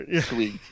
Sweet